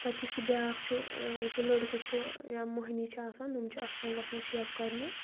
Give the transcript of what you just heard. پَتہٕ یُس یہِ بیٛاکھ چھُ یُس یہِ لٔڑکہٕ چھُ یا مٔہنِی چھِ آسان تِم چھِ اَستان گژھان شَب کَرنہِ